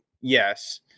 yes